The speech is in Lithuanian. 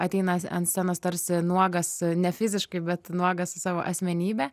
ateinantis ant scenos tarsi nuogas ne fiziškai bet nuogas savo asmenybe